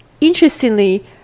interestingly